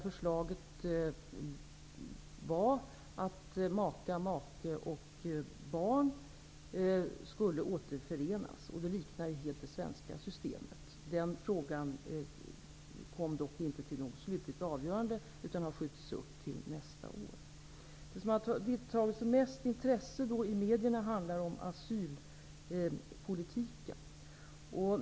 Förslaget var att maka, make och barn skulle återförenas, helt i likhet med det svenska systemet. Den frågan kom dock inte till något slutligt avgörande, utan har skjutits upp till nästa år. Det som har varit av störst intresse i medierna är asylpolitiken.